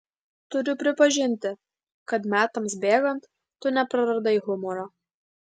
turiu pripažinti kad metams bėgant tu nepraradai humoro